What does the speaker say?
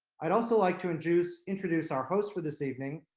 i'd also like to introduce introduce our host for this evening,